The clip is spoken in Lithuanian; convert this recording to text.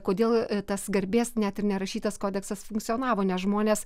kodėl tas garbės net ir nerašytas kodeksas funkcionavo nes žmonės